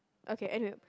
okay end here